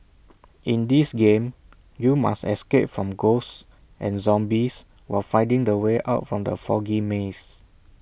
in this game you must escape from ghosts and zombies while finding the way out from the foggy maze